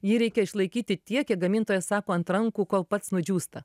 jį reikia išlaikyti tiek kiek gamintojas sako ant rankų kol pats nudžiūsta